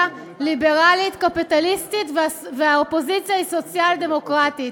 ליברלית קפיטליסטית והאופוזיציה היא סוציאל-דמוקרטית.